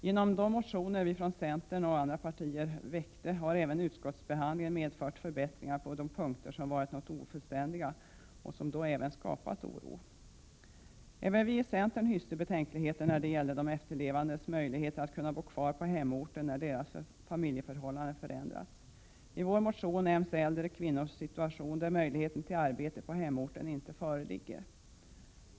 Genom de motioner vi från centern och andra partier väckte har även utskottsbehandlingen medfört förbättringar på punkter som varit något ofullständiga och som även de därför har skapat oro. Även vi i centern hyste betänkligheter när det gäller de efterlevandes möjligheter att kunna bo kvar på hemorten när deras familjeförhållande förändrats. I vår motion nämns äldre kvinnors situation, när möjligheten till arbete på hemorten inte föreligger.